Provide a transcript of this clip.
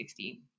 2016